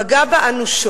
פגע בה אנושות.